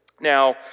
Now